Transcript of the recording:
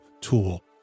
tool